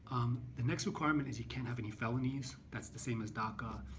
the next requirement is you can't have any felonies. that's the same as daca.